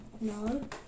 no